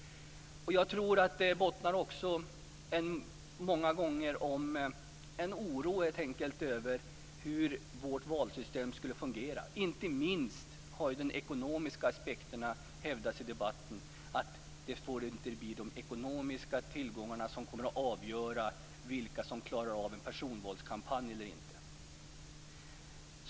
Jag tror att det många gånger bottnar i en oro för hur vårt valsystem fungerar. Inte minst har de ekonomiska aspekterna hävdats i debatten, att det inte får bli de ekonomiska tillgångarna som avgör vilka som klarar en personvalskampanj.